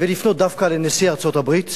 ופונה דווקא אל נשיא ארצות-הברית,